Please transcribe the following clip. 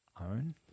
own